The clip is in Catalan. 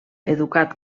educat